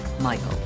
Michael